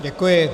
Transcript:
Děkuji.